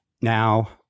Now